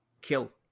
kill